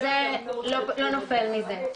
זה לא נופל מזה.